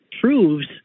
proves